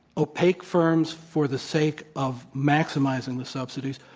opaque firms for the sake of maximizing the subsidies.